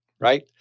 right